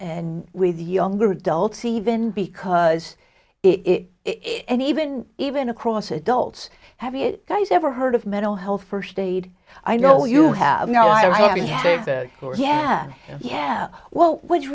and with younger adults even because it and even even across adults have you guys ever heard of mental health first aid i know you have no idea or yeah yeah well wh